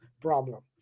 problem